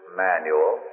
manual